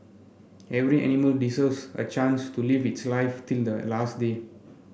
every animal deserves a chance to live its life till the last day